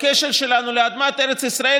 בקשר שלנו לאדמת ארץ ישראל,